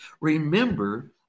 Remember